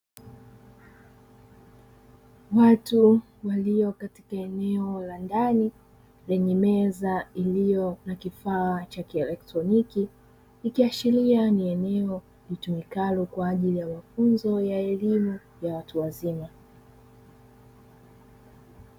Watu walio katika eneo la ndani yenye meza iliyonakifaa cha kieletroniki ikiashiria ni eneo litumikalo kwaajili ya mafunzo ya elimu ya watu wazima.